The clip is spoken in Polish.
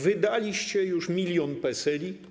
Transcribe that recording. Wydaliście już milion PESEL-i.